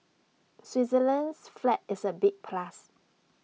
Switzerland's flag is A big plus